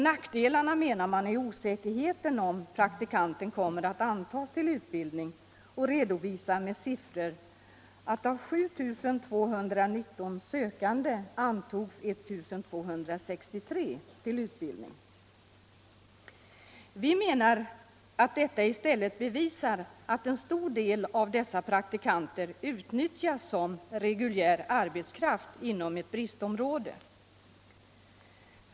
Nackdelarna menar man är osäkerheten om praktikanten kommer att antas till utbildningen, och man redovisar att av 7 219 sökande antogs 1 263 till utbildning. Vi menar att detta i stället bevisar att en stor del av dessa praktikanter utnyttjas som reguljär arbetskraft inom ett bristområde.